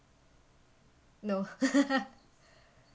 no